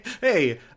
Hey